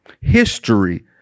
history